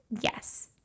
yes